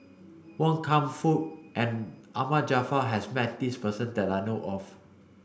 Wan Kam Fook and Ahmad Jaafar has met this person that I know of